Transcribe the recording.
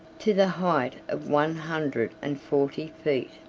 to the height of one hundred and forty feet.